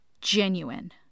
genuine